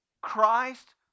Christ